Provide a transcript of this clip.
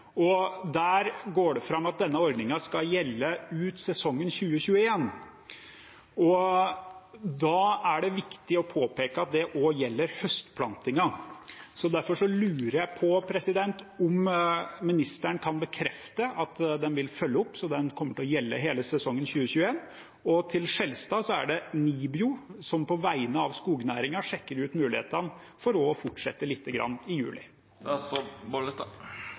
at denne ordningen skal gjelde ut sesongen 2021. Da er det viktig å påpeke at det også gjelder høstplantingen. Derfor lurer jeg på om ministeren kan bekrefte at man vil følge opp, slik at det kommer til å gjelde hele sesongen 2021. Og til Skjelstad: Det er NIBIO som på vegne av skognæringen sjekker ut muligheten for også å fortsette lite grann i